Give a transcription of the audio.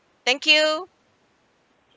thank you